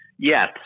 Yes